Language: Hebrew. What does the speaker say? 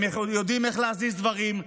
הם יודעים איך להזיז דברים,